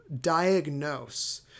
diagnose